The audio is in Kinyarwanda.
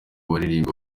baririmbira